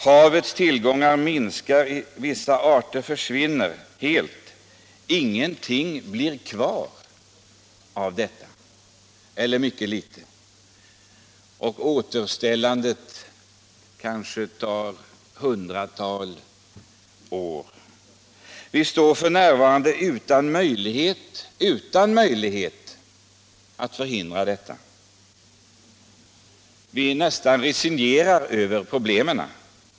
Havets tillgångar minskar. Vissa arter försvinner helt. Mycket litet blir kvar och återställandet kanske tar en lång tidsperiod. Vi står f. n. utan möjlighet att förhindra detta. Vi nästan resignerar inför problemen.